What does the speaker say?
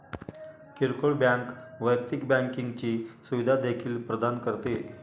किरकोळ बँक वैयक्तिक बँकिंगची सुविधा देखील प्रदान करते